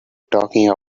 talking